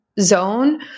zone